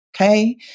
Okay